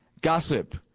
gossip